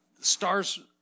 stars